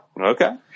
Okay